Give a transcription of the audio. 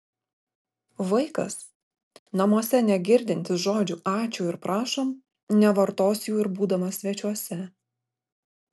vaikas namuose negirdintis žodžių ačiū ir prašom nevartos jų ir būdamas svečiuose